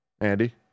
Andy